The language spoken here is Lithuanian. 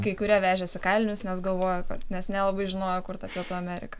kai kurie vežėsi kailinius nes galvojo kad nes nelabai žinojo kur ta pietų amerika